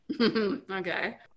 Okay